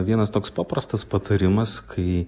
vienas toks paprastas patarimas kai